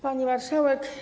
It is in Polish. Pani Marszałek!